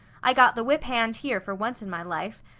i got the whip-hand here for once in my life.